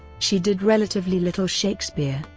she did relatively little shakespeare,